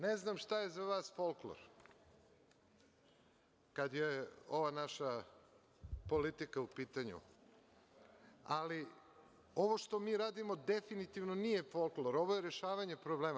Ne znam šta je za vas folklor kada je ova naša politika u pitanju, ali ovo što mi radimo definitivno nije folklor, ovo je rešavanje problema.